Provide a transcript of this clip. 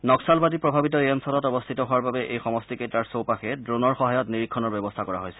নক্সালবাদী প্ৰভাৱিত এই অঞ্চলত অৱস্থিত হোৱাৰ এই সমষ্টি কেইটাৰ চৌপাশে ড্ৰোণৰ সহায়ত নিৰীক্ষণৰ ব্যৱস্থা কৰা হৈছে